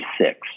six